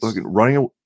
running